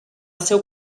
seu